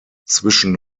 zwischen